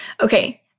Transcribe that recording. Okay